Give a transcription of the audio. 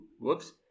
whoops